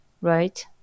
right